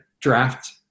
draft